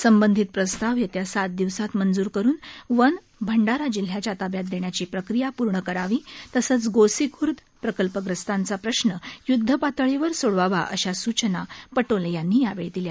संबंधित प्रस्ताव येत्या सात दिवसांत मज्र करून वन भंडारा जिल्याच्या ताब्यात देण्याची प्रक्रिया पूर्ण करावी तसंच गोसीखूर्द प्रकल्पग्रस्तांचा प्रश्न युद्धपातळीवर सोडवावा अशा सूचना पटोले यांनी यावेळी दिल्या